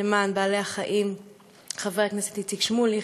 למען בעלי-החיים חבר הכנסת איציק שמולי,